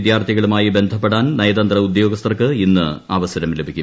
വിദ്യാർത്ഥികളുമായി ബന്ധപ്പെടാൻ നയതന്ത്ര ഉദ്യോഗസ്ഥർക്ക് ഇന്ന് അവസരം ലഭിക്കും